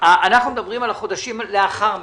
אנחנו מדברים על החודשים לאחר מכן.